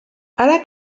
ara